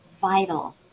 vital